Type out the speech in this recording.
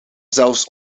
zelfs